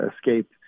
Escape